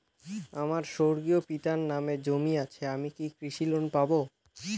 আমার স্বর্গীয় পিতার নামে জমি আছে আমি কি কৃষি লোন পাব?